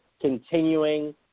continuing